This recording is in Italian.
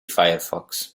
firefox